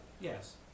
Yes